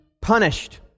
punished